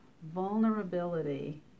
Vulnerability